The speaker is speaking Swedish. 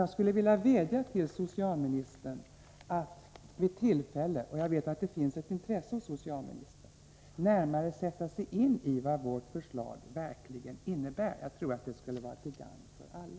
Jag vädjar till socialministern att vid tillfälle — jag vet att det finns ett intrese hos socialministern — närmare sätta sig in i vad vårt förslag verkligen innebär. Jag tror att det skulle vara till gagn för alla.